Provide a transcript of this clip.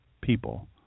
people